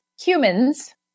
humans